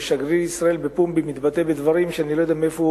ששגריר ישראל בפומבי מתבטא בדברים שאני לא יודע מאיפה